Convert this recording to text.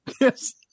Yes